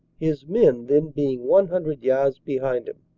his men then being one hundred yards behind him.